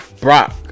Brock